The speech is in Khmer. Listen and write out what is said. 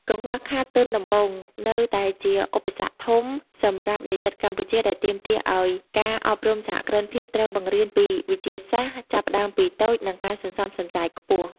កង្វះខាត "ទុនដំបូង" នៅតែជាឧបសគ្គធំសម្រាប់និស្សិតកម្ពុជា ដែលទាមទារឱ្យការអប់រំសហគ្រិនភាពត្រូវបង្រៀនពីវិធីសាស្ត្រ "ចាប់ផ្ដើមពីតូច" និងការសន្សំសំចៃខ្ពស់។